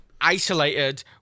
isolated